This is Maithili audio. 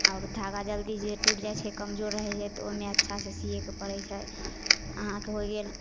आओर धागा जल्दी जे टुटि जाइ छै कमजोर रहै छै तऽ ओहिमे अच्छासँ सिएके पड़ै छै अहाँके होइ गेल